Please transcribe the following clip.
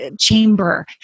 chamber